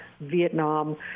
Vietnam